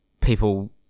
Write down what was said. people